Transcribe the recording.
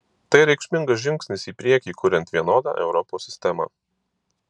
tai reikšmingas žingsnis į priekį kuriant vienodą europos sistemą